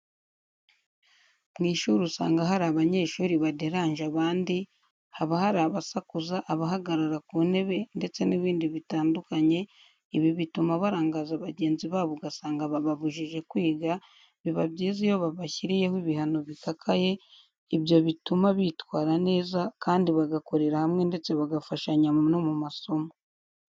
Mu ishuri usanga hari abanyeshuri baderanja abandi, haba hari abasakuza, abahagarara ku ntebe ndetse n'ibindi bitandukanye, ibi bituma barangaza bagenzi babo ugasanga bababujije kwiga, biba byiza iyo babashyiriyeho ibihano bikakaye, ibyo bituma bitwara neza kandi bagakorera hamwe ndetse bagafashanya no mu masomo.